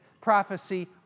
prophecy